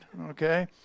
okay